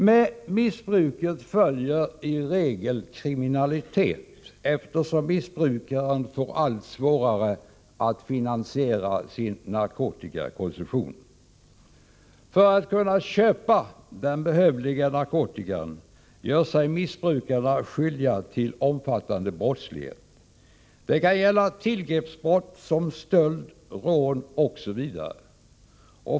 Med missbruket följer i regel kriminalitet, eftersom missbrukaren får allt svårare att finansiera sin narkotikakonsumtion. För att kunna köpa den behövliga narkotikan gör sig missbrukarna skyldiga till omfattande brottslighet. Det kan gälla tillgreppsbrott, såsom stöld och rån.